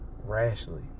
Rashly